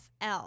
FL